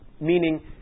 meaning